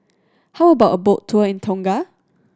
how about a boat tour in Tonga